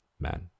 Man